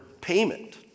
payment